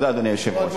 תודה, אדוני היושב-ראש.